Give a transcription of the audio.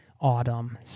autumn